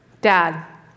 Dad